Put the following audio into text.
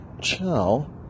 Ciao